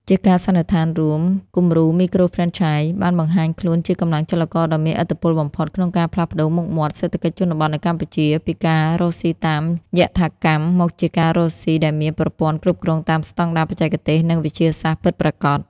ជាការសន្និដ្ឋានរួម គំរូមីក្រូហ្វ្រេនឆាយបានបង្ហាញខ្លួនជាកម្លាំងចលករដ៏មានឥទ្ធិពលបំផុត ក្នុងការផ្លាស់ប្តូរមុខមាត់សេដ្ឋកិច្ចជនបទនៅកម្ពុជា ពីការរកស៊ីតាមយថាកម្ម មកជាការរកស៊ីដែលមានប្រព័ន្ធគ្រប់គ្រងតាមស្ដង់ដារបច្ចេកទេស និងវិទ្យាសាស្ត្រពិតប្រាកដ។